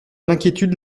l’inquiétude